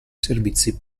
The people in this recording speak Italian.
servizi